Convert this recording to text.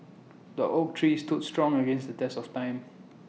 the oak tree stood strong against the test of time